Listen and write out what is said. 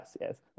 yes